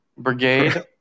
Brigade